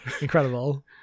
Incredible